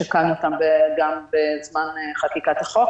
שקלנו אותם גם בזמן חקיקת החוק,